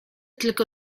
tylko